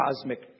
cosmic